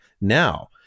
Now